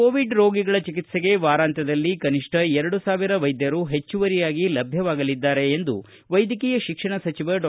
Covid ರೋಗಿಗಳ ಚಿಕಿತ್ಸೆಗೆ ವಾರಾಂತ್ವದಲ್ಲಿ ಕನಿಷ್ಠ ಎರಡು ಸಾವಿರ ವೈದ್ಯರು ಹೆಚ್ಚುವರಿಯಾಗಿ ಲಭ್ಯರಾಗಲಿದ್ದಾರೆ ಎಂದು ವೈದ್ಯಕೀಯ ಶಿಕ್ಷಣ ಸಚಿವ ಡಾ